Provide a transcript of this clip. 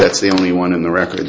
that's the only one in the record